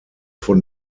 von